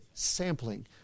sampling